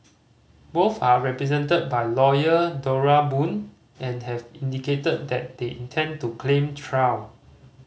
both are represented by lawyer Dora Boon and have indicated that they intend to claim trial